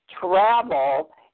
travel